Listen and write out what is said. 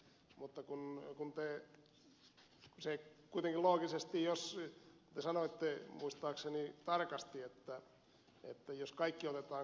en minäkään ministerin tarkoitusta epäile sinänsä mutta kun te sanoitte muistaakseni tarkasti että jos kaikki otetaan koulutettavaksi